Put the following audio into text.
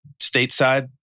stateside